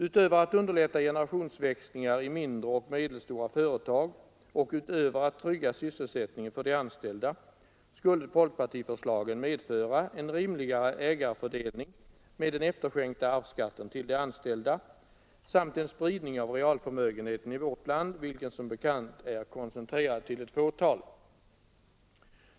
Utöver att underlätta generationsväxlingar i mindre och medelstora företag och utöver att trygga sysselsättningen för de anställda skulle folkpartiförslaget medföra en rimligare ägarfördelning med den efterskänkta arvsskatten till de anställda samt en spridning av realförmögen heten i vårt land, vilken som bekant är koncentrerad till ett fåtal.